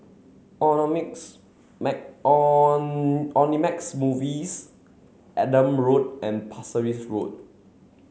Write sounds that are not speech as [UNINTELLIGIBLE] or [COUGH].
Omnimax [UNINTELLIGIBLE] Movies Adam Road and Pasir Ris Road